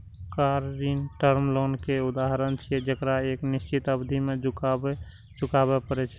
car ऋण term loan के उदाहरण छियै, जेकरा एक निश्चित अवधि मे चुकबै पड़ै छै